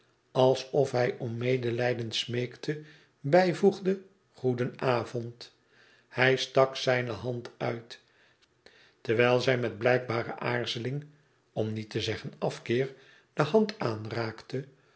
alsof hij om medelijden smeekte bijvoegde goedenavond hij stak zijne hand uit terwijl zij met blijkbare aarzeling om niet te zeggen afkeer de hand aanraakte